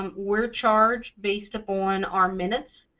um we're charged based upon our minutes,